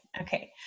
Okay